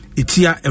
itia